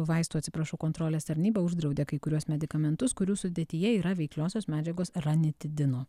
vaistų atsiprašau kontrolės tarnyba uždraudė kai kuriuos medikamentus kurių sudėtyje yra veikliosios medžiagos ranitidino